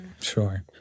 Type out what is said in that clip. Sure